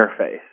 interface